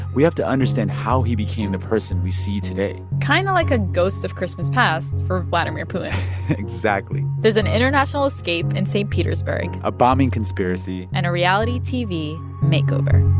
we have to understand how he became the person we see today kind of like a ghost of christmas past for vladimir putin exactly there's an international escape in st. petersburg a bombing conspiracy. and a reality tv makeover